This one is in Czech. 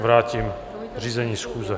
Vrátím řízení schůze.